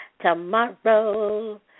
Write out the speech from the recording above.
tomorrow